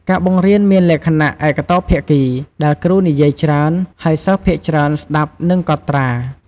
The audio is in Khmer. ការបង្រៀនមានលក្ខណៈឯកតោភាគី ដែលគ្រូនិយាយច្រើន ហើយសិស្សភាគច្រើនស្ដាប់ និងកត់ត្រា។